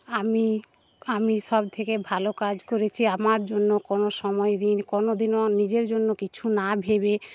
আমি আমি সব থেকে ভালো কাজ করেছি আমার জন্য কোনো সময় দিই নিই কোনোদিনও নিজের জন্য কিছু না ভেবে